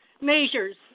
measures